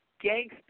gangster